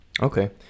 Okay